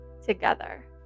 together